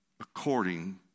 according